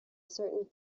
certain